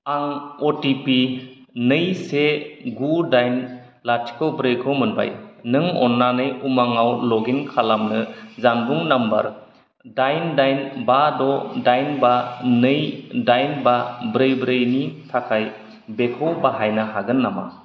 आं अटिपि नै से गु दाइन लाथिख ब्रैखौ मोनबाय नों अन्नानै उमांआव लग इन खालामनो जानबुं नम्बार दाइन दाइन बा द' दाइन बा नै दाइन बा ब्रै ब्रैनि थाखाय बेखौ बाहायनो हागोन नामा